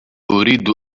أريد